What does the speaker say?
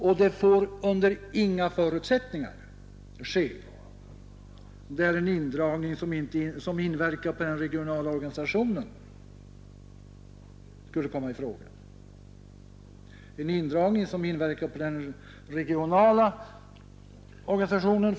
Och en indragning får under inga förhållanden göras där den skulle komma att inverka på den regionala organisationen.